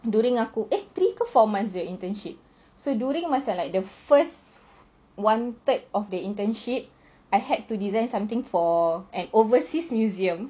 during aku eh three to four months internship so during macam like the first one third of the internship I had to design something for an overseas museum